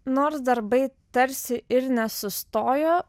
nors darbai tarsi ir nesustojo